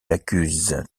accuse